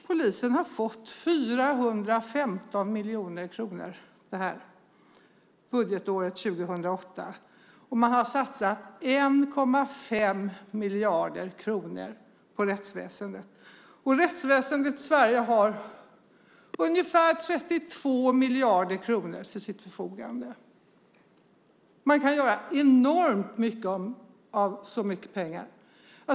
Polisen har fått 415 miljoner kronor det här budgetåret 2008, och man har satsat 1,5 miljarder kronor på rättsväsendet. Rättsväsendet i Sverige har ungefär 32 miljarder kronor till sitt förfogande. Man kan göra enormt mycket av så mycket pengar.